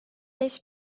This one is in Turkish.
beş